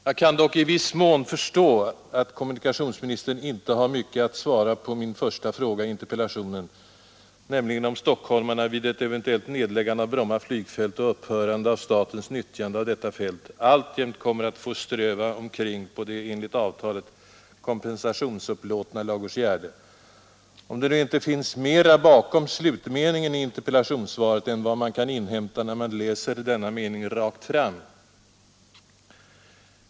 Jag kan dock i viss mån förstå att kommunikationsministern inte har mycket att svara på min första fråga i interpellationen, nämligen om stockholmarna vid ett eventuellt nedläggande av Bromma flygfält och 43 upphörande av statens nyttjande av detta fält, alltjämt kommer att få ströva på det enligt avtalet kompensationsupplåtna Ladugårdsgärde. Om det nu inte finns mera bakom slutmeningen i interpellationssvaret än vad man kan inhämta när man läser denna mening rakt fram.